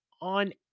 on